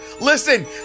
Listen